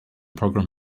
program